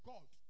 God